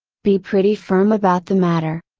be pretty firm about the matter.